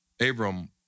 Abram